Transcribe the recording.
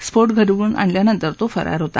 स्फोठ्यडवून आणल्यानंती तो फरार होता